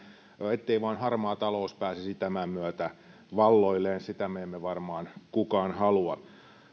ettei vain harmaa talous pääsisi tämän myötä valloilleen sitä me emme varmaan kukaan halua